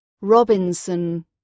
Robinson